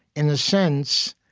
in a sense,